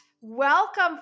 Welcome